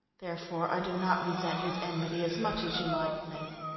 therefore, i do not resent his enmity as much as you might think.